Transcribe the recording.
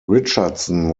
richardson